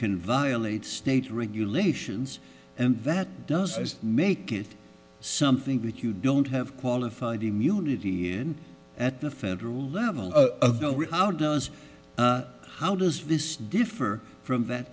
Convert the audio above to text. can violate state regulations and that does make it something that you don't have qualified immunity in at the federal level how does how does this differ from that